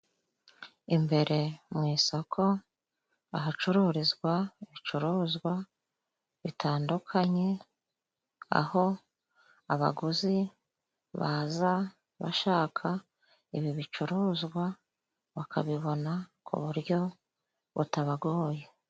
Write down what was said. Imbere mu isoko ahacururizwa ibicuruzwa bitandukanye, aho abaguzi baza bashaka ibi bicuruzwa bakabibona ku buryo butabagoye.